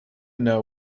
know